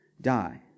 die